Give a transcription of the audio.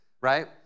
right